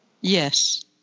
Yes